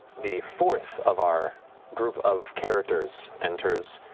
the fourth of our group of characters enters,